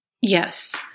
Yes